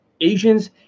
Asians